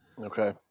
okay